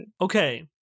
Okay